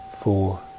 four